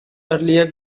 earlier